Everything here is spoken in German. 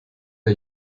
der